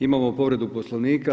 Imamo povredu poslovnika.